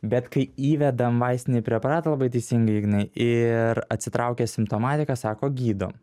bet kai įvedam vaistinį preparatą labai teisingai ignai ir atsitraukia simptomatika sako gydom